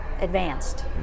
advanced